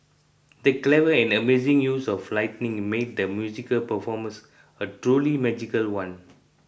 the clever and amazing use of lighting made the musical performance a truly magical one